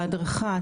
ההדרכה,